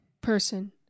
person